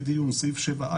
שלכם.